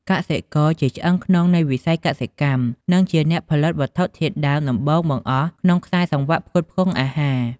កសិករ ជាឆ្អឹងខ្នងនៃវិស័យកសិកម្ម និងជាអ្នកផលិតវត្ថុធាតុដើមដំបូងបង្អស់ក្នុងខ្សែសង្វាក់ផ្គត់ផ្គង់អាហារ។